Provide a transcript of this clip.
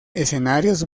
escenarios